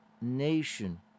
nation